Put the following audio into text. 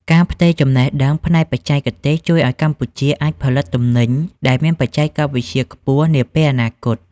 ការផ្ទេរចំណេះដឹងផ្នែកបច្ចេកទេសជួយឱ្យកម្ពុជាអាចផលិតទំនិញដែលមានបច្ចេកវិទ្យាខ្ពស់នាពេលអនាគត។